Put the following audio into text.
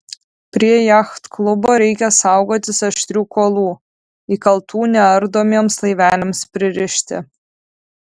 prie jachtklubo reikia saugotis aštrių kuolų įkaltų neardomiems laiveliams pririšti